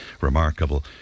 remarkable